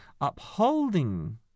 upholding